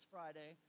Friday